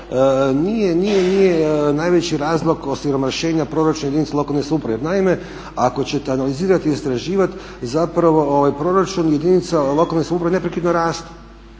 nije najveći razlog osiromašenja proračuna jedinica lokalne samouprave. Jer naime, ako ćete analizirati i istraživati zapravo proračun jedinica lokalne samouprave neprekidno raste,